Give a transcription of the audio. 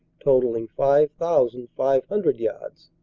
totalling five thousand five hundred yards.